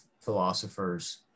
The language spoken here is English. philosophers